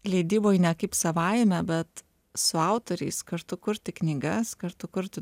leidyboj ne kaip savaime bet su autoriais kartu kurti knygas kartu kurti